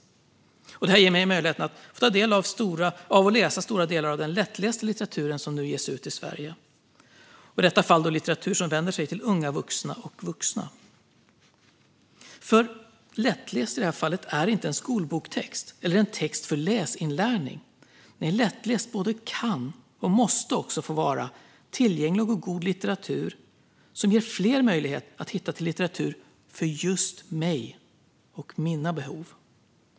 Det ger mig möjligheten att få ta del av och läsa stora delar av den lättlästa litteratur som ges ut i Sverige. I detta fall handlar det om litteratur som vänder sig till unga vuxna och vuxna. Lättläst är i det här fallet inte en skolbokstext eller en text för läsinlärning. Lättläst både kan och måste också få vara tillgänglig och god litteratur som ger fler möjlighet att hitta litteratur som passar just dem och deras behov.